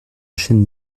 chêne